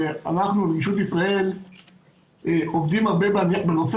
ואנחנו נגישות ישראל עובדים הרבה בנושא